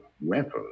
weapons